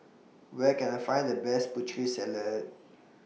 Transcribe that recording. Where Can I Find The Best Putri Salad